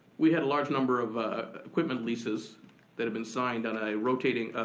we had a large number of equipment leases that had been signed on a rotating,